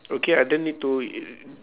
okay I don't need to